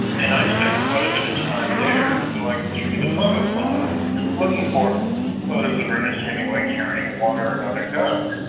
and i spent quite a bit of time there going through the photo files looking for photos of ernest hemingway carrying one or another gun.